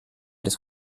des